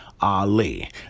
Ali